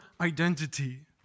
identity